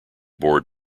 board